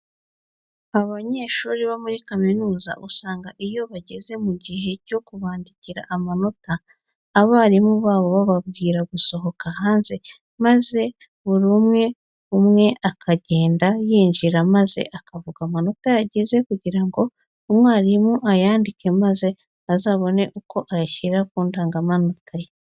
Abanyeshuri bo muri kaminuza usanga iyo bageze mu gihe cyo kubandikira amanota abarimu babo bababwira gusohoka hanze maze buri umwe umwe akagenda yinjira maze akavuga amanota yagize kugira ngo umwarimu ayandike maze azabone uko ayashyira ku ndangamanota ye.